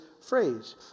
phrase